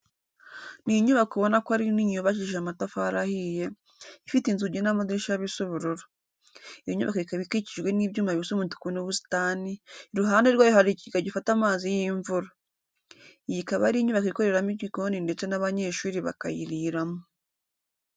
Ni inyubako ubona ko ari nini yubakishije amatafari ahiye, ifite inzugi n'amadirishya bisa ubururu. Iyo nyubako ikaba ikikijwe n'ibyuma bisa umutuku n'ubusitani, iruhande rwayo hari ikigega gifata amazi y'imvura. Iyi ikaba ari inyubako ikoreramo igikoni ndetse n'abanyeshuri bakayiriramo.